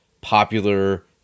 popular